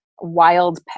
wild